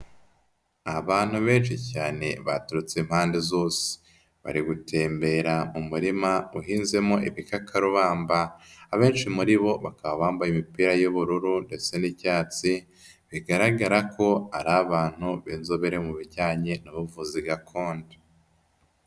Abantu benshi cyane baturutse impande zose. Bari gutembera mu murima uhinzemo ibikakarubamba. Abenshi muri bo bakaba bambaye imipira y'ubururu ndetse n'icyatsi, bigaragara ko ari abantu b'inzobere mu bijyanye n'ubuvuzi gakondo.